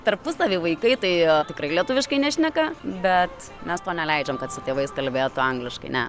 tarpusavy vaikai tai tikrai lietuviškai nešneka bet mes to neleidžiam kad su tėvais kalbėtų angliškai ne